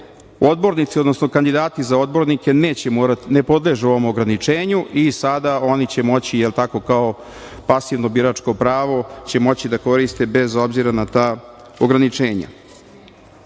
odbornici, odnosno kandidati za odbornike ne podležu ovom ograničenju i sada oni će moći kao pasivno biračko pravo će moći da koriste bez obzira na ta ograničenja. Dalje,